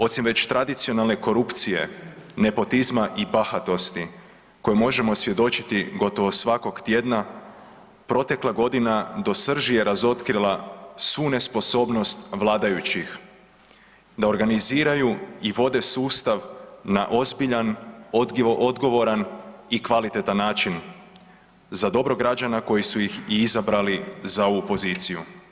Osim već tradicionalne korupcije, nepotizma i bahatosti koju možemo svjedočiti gotovo svakog tjedna, protekla godina do srži je razotkrila svu nesposobnost vladajućih da organiziraju i vode sustav na ozbiljan, odgovoran i kvalitetan način za dobro građana koji su ih i izabrali za ovu poziciju.